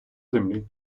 землі